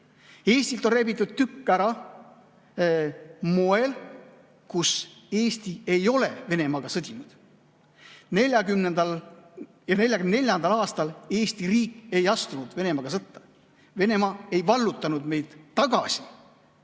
Eestilt on rebitud tükk ära nii, et Eesti ei ole Venemaaga sõdinud. 1940. ja 1944. aastal Eesti riik ei astunud Venemaaga sõtta. Venemaa ei vallutanud meid tagasi,